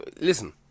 listen